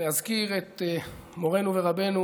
להזכיר את מורנו ורבנו